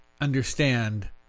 understand